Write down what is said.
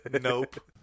Nope